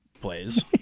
plays